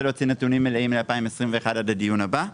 להוציא נתונים מלאים על 2021 עד הדיון הבא.